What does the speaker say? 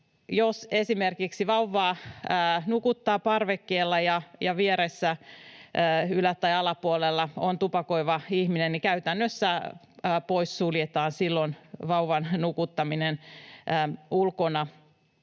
Jos esimerkiksi vauvaa nukuttaa parvekkeella ja vieressä ja ylä- tai alapuolella on tupakoiva ihminen, käytännössä poissuljetaan silloin vauvan nukuttaminen ulkona.